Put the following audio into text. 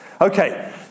Okay